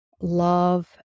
love